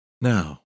Now